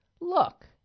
Look